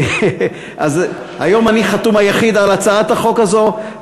אז היום אני החתום היחיד על הצעת החוק הזאת,